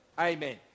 Amen